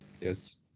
Yes